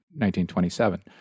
1927